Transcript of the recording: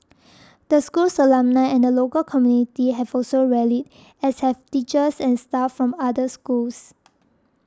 the school's alumni and the local community have also rallied as have teachers and staff from other schools